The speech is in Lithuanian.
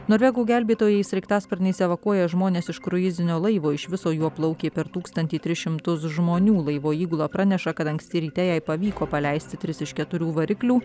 norvegų gelbėtojai sraigtasparniais evakuoja žmones iš kruizinio laivo iš viso juo plaukė per tūkstantį tris šimtus žmonių laivo įgula praneša kad anksti ryte jai pavyko paleisti tris iš keturių variklių